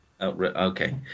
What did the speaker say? Okay